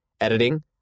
editing